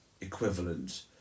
equivalent